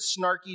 snarky